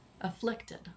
afflicted